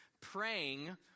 praying